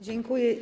Dziękuję.